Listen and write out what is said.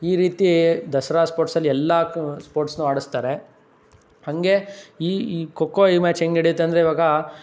ಈ ರೀತಿ ದಸರಾ ಸ್ಪೋರ್ಟ್ಸಲ್ಲಿ ಎಲ್ಲ ಸ್ಪೋರ್ಟ್ಸ್ನೂ ಆಡಿಸ್ತಾರೆ ಹಾಗೇ ಈ ಈ ಖೊ ಖೋ ಈ ಮ್ಯಾಚ್ ಹೆಂಗೆ ನಡಿಯುತ್ತೆ ಅಂದರೆ ಇವಾಗ